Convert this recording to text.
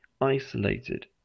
isolated